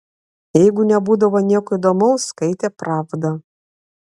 jeigu nebūdavo nieko įdomaus skaitė pravdą